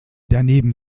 daneben